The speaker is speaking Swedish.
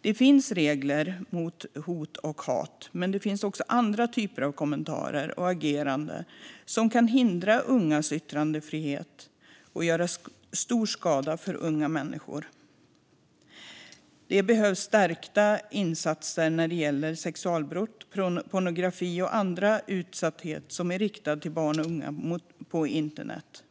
Det finns regler mot hot och hat, men det finns även andra typer av kommentarer och agerande som kan hindra ungas yttrandefrihet och göra stor skada för unga människor. Det behövs stärkta insatser när det gäller sexualbrott, pornografi och liknande som barn och unga utsätts för på internet.